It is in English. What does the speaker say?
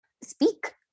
speak